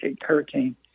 Hurricane